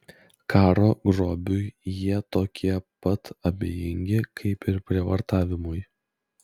karo grobiui jie tokie pat abejingi kaip ir prievartavimui